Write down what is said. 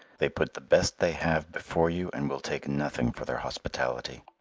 they put the best they have before you and will take nothing for their hospitality.